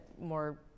more